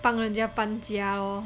帮人家搬家 lor